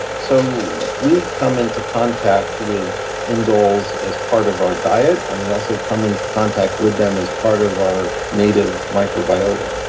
so we come into contact with indoles as part of our diet and we also come into contact with them as part of our native microbiota.